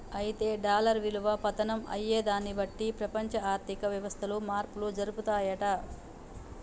అయితే డాలర్ విలువ పతనం అయ్యేదాన్ని బట్టి ప్రపంచ ఆర్థిక వ్యవస్థలు మార్పులు జరుపుతాయంట